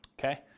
Okay